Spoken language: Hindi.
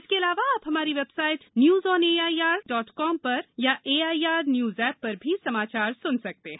इसके अलावा आप हमारी website news on A I R dot N I C dot I N पर अथवा A I R news app पर भी समाचार सुन सकते हैं